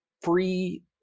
free